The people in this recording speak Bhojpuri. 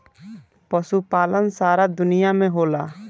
पशुपालन सारा दुनिया में होला